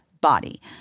body